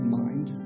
mind